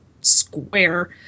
square